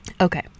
Okay